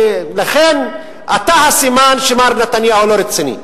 לכן, אתה הסימן שמר נתניהו לא רציני,